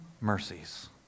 mercies